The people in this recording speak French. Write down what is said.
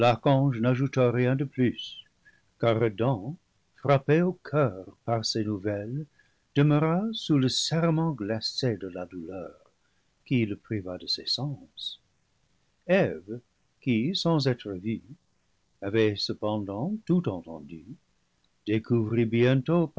l'archange n'ajouta rien de plus car adam frappé au coeur par ces nouvelles demeura sous le serrement glacé de la douleur qui le priva de ses sens eve qui sans être vue avait cependant tout entendu découvrit bientôt